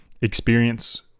experience